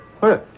Hey